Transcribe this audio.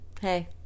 Hey